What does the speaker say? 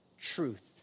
truth